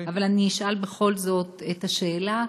אבל אשאל בכל זאת את השאלה.